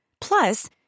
Plus